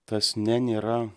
tas ne nėra